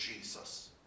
Jesus